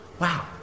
wow